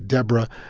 deborah,